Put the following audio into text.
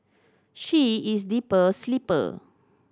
she is a deep sleeper